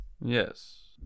Yes